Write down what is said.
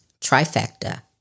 trifecta